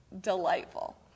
Delightful